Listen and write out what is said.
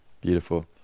Beautiful